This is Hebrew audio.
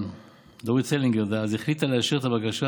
דאז דורית סלינגר החליטה לאשר את הבקשה.